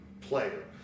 player